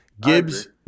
Gibbs